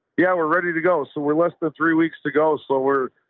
yeah, we're ready to go. so we're less than three weeks ago. so we're,